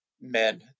men